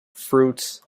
fruit